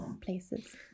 places